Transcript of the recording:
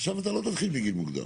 עכשיו אתה לא תתחיל בגיל מוקדם.